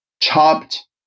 Chopped